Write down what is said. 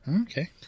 Okay